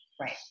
right